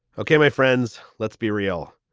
okay, my friends, let's be real.